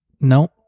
No